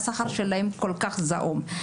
השכר שלהם כל כך זעום,